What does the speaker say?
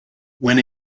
when